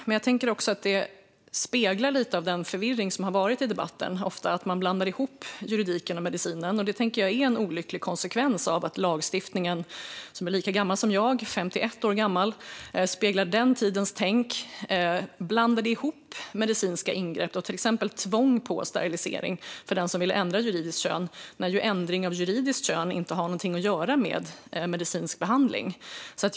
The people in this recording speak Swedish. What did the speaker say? Men det speglar också lite av den förvirring som ofta har varit i debatten när man blandar ihop juridiken och medicinen. Jag tänker att det är en olycklig konsekvens av att lagstiftningen som är 51 år gammal, lika gammal som jag, speglar den tidens tänk. Man blandade ihop medicinska ingrepp, till exempel tvång på sterilisering för den som ville ändra juridiskt kön, trots att ändring av juridiskt kön inte har någonting med medicinsk behandling att göra.